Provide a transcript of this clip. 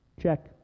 check